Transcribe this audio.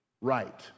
right